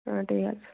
হ্যাঁ ঠিক আছে